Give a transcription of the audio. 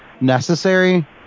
necessary